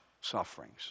sufferings